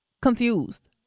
confused